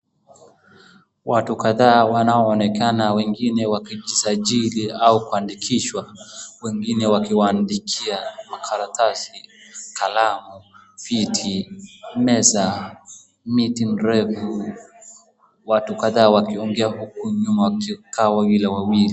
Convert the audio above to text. Watu kadhaa wanaonekana wengine wakijisajili au kuandikishwa, wengine wakiwandikia makaratasi, kalamu, viti, meza, miti mrefu, watu kadhaa wakiongea huku nyuma wakikaa wawili wawili.